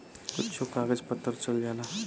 कुच्छो कागज पत्तर चल जाला